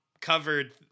covered